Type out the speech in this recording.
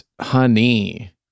honey